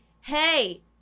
Hey